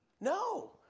No